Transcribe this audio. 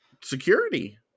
security